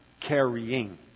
carrying